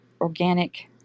organic